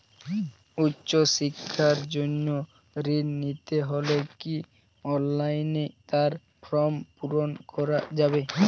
উচ্চশিক্ষার জন্য ঋণ নিতে হলে কি অনলাইনে তার ফর্ম পূরণ করা যাবে?